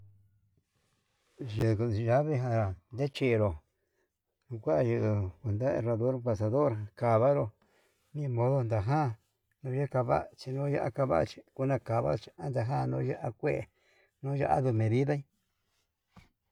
Yenguo llave ján ndachinru kukuayedo unda erador pasador, kandaro nimodo naján nindo kanva'a chinoyo kavachí una kavachi ndakayu ya'a, ya'á kue unaynuu medida.